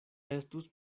estus